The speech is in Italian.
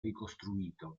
ricostruito